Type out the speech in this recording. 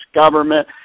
government